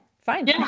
fine